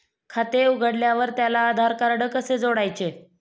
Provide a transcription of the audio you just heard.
खाते उघडल्यावर त्याला आधारकार्ड कसे जोडायचे?